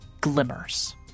glimmers